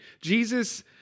Jesus